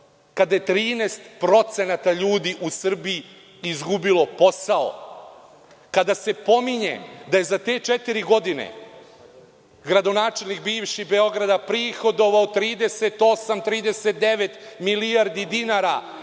kada je 13% ljudi u Srbiji izgubilo posao, kada se pominje da je za te četiri godine bivši gradonačelnik Beograda prihodovao 38,39 milijardi dinara,